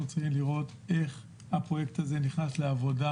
אנחנו צריכים לראות איך הפרויקט הזה נכנס לעבודה